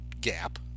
gap